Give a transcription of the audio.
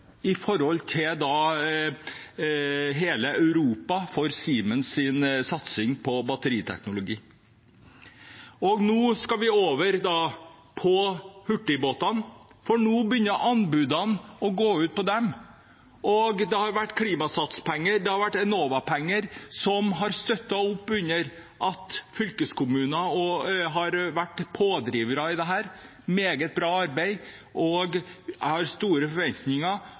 satsing på batteriteknologi i hele Europa. Nå skal vi gå over til hurtigbåter, for nå begynner anbudene for dem å legges ut. Klimasats-penger og Enova-penger har støttet opp under fylkeskommuner, som har vært pådrivere for dette. Det har vært gjort et meget bra arbeid. Jeg har store forventninger.